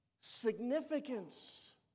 significance